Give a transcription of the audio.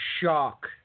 shock